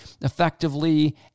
effectively